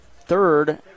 third